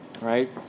right